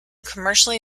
commercially